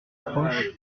approche